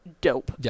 dope